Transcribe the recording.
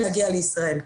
להגיע לישראל.